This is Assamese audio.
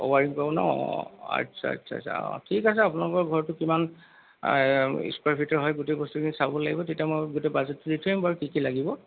অ' ৱায়াৰিং কৰিব ন অঁ আচ্ছা আচ্ছা আচ্ছা অঁ ঠিক আছে আপোনালোকৰ ঘৰটো কিমান স্কুৱাৰ ফিটৰ হয় গোটেই বস্তুখিনি চাব লাগিব তেতিয়া মই গোটেই বাজেটটো দি থৈ আহিম বাৰু কি কি লাগিব